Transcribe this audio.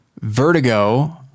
Vertigo